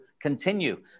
continue